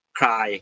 cry